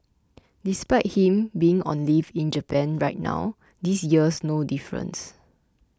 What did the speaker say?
despite him being on leave in Japan right now this year's no difference